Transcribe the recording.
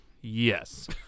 Yes